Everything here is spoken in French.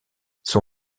son